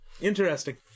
interesting